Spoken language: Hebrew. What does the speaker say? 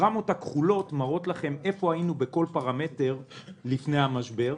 ההיסטוגרמות הכחולות מראות לכם איפה היינו בכל פרמטר לפני המשבר,